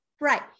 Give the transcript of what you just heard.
Right